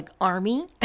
army